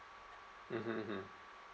mm mm mm